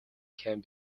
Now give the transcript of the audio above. can